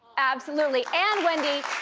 absolutely. and wendy,